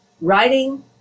writing